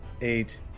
eight